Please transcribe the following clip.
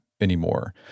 anymore